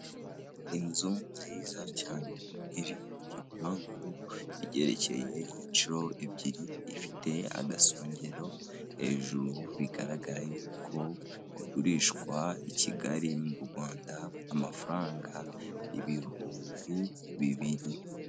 Inzu nziza cyane iri mu gipangu, igerekeye inshuro ebyiri, ifite agasongero hejuru, bigaragara yuko igurishwa i Kigali, mu Rwanda amafaranga ibihumbi bibiri.